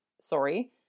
sorry